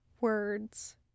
words